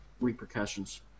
repercussions